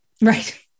Right